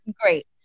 great